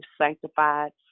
sanctified